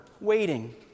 waiting